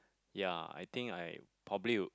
ya I think I probably would